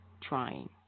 Trying